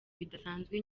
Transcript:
bidasanzwe